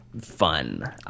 fun